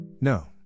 No